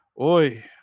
Oi